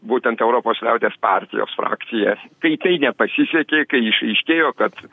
būtent europos liaudies partijos frakciją kai tai nepasisekė kai išaiškėjo kad